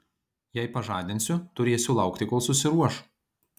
jei pažadinsiu turėsiu laukti kol susiruoš